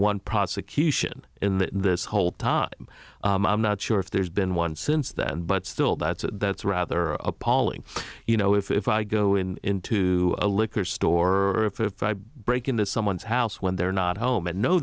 one prosecution in this whole time i'm not sure if there's been one since then but still that's that's rather appalling you know if i go in to a liquor store or if i break into someone's house when they're not home and know